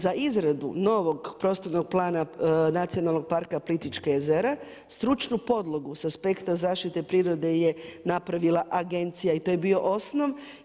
Za izradu novog prostornog plana Nacionalnog parka Plitvička jezera stručnu podlogu sa aspekta zaštite prirode je napravila agencija i to je bio osnov.